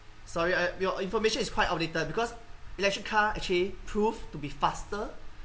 sorry ah your information is quite outdated because electric car actually proved to be faster